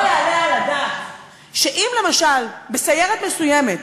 לא יעלה על הדעת שאם, למשל, בסיירת מסוימת